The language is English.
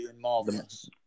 marvelous